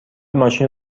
ماشین